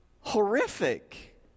horrific